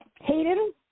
Hayden